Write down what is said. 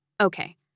Okay